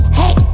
hey